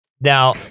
now